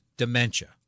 dementia